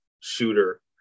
shooter